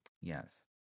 Yes